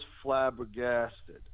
flabbergasted